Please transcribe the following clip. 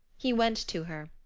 he went to her.